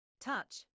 Touch